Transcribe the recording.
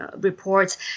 reports